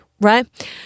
right